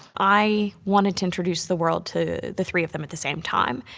i wanted to introduce the world to the three of them at the same time,